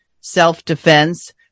self-defense